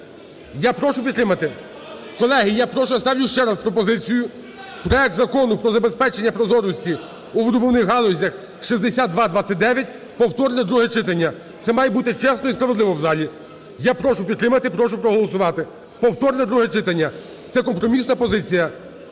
Я прошу підтримати. Колеги, я ставлю ще раз пропозицію: проект Закону про забезпечення прозорості у видобувних галузях (6226) повторне друге читання. Це має бути чесно і справедливо в залі. Я прошу підтримати, прошу проголосувати повторне друге читання. Це компромісна позиція.